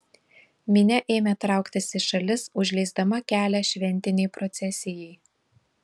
minia ėmė trauktis į šalis užleisdama kelią šventinei procesijai